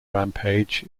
rampage